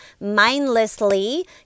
mindlessly